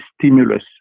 stimulus